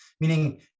meaning